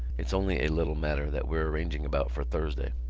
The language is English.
it's only a little matter that we're arranging about for thursday.